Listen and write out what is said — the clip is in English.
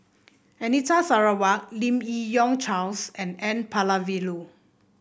Anita Sarawak Lim Yi Yong Charles and N Palanivelu